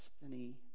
destiny